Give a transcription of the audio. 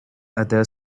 other